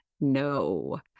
no